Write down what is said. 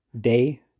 Day